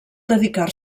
dedicar